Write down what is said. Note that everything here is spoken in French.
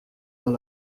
dans